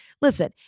Listen